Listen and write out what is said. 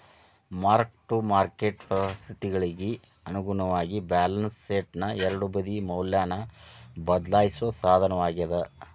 mark to market ಪರಿಸ್ಥಿತಿಗಳಿಗಿ ಅನುಗುಣವಾಗಿ balance ಶೇಟ್ನ ಎರಡೂ ಬದಿ ಮೌಲ್ಯನ ಬದ್ಲಾಯಿಸೋ ಸಾಧನವಾಗ್ಯಾದ